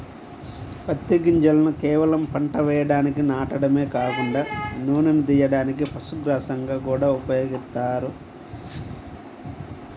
పత్తి గింజలను కేవలం పంట వేయడానికి నాటడమే కాకుండా నూనెను తియ్యడానికి, పశుగ్రాసంగా గూడా ఉపయోగిత్తన్నారు